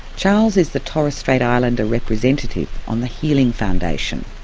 charles is the torres strait islander representative on the healing foundation,